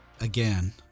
again